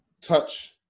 touch